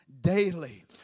daily